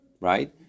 right